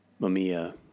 Mamiya